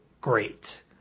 great